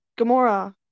Gamora